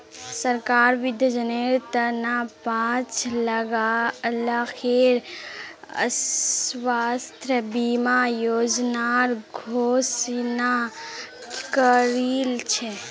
सरकार वृद्धजनेर त न पांच लाखेर स्वास्थ बीमा योजनार घोषणा करील छ